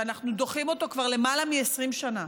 שאנחנו דוחים אותו כבר למעלה מ-20 שנה,